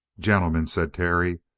gentlemen, said terry,